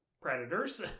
predators